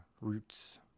roots